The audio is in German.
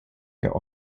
der